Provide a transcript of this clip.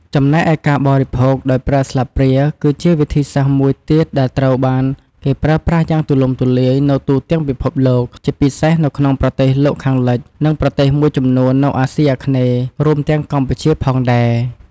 ចំណែកឯការបរិភោគដោយប្រើស្លាបព្រាគឺជាវិធីសាស្ត្រមួយទៀតដែលត្រូវបានគេប្រើប្រាស់យ៉ាងទូលំទូលាយនៅទូទាំងពិភពលោក ជាពិសេសនៅក្នុងប្រទេសលោកខាងលិច និងប្រទេសមួយចំនួននៅអាស៊ីអាគ្នេយ៍ រួមទាំងកម្ពុជាផងដែរ។